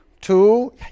Two